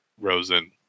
Rosen